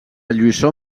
lluïssor